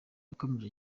yakomeje